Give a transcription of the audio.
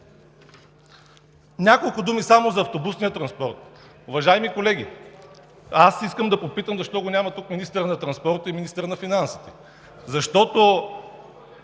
няколко думи за автобусния транспорт. Уважаеми колеги, искам да попитам защо ги няма тук министъра на транспорта и министъра на финансите? Защото